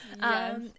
Yes